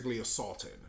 assaulted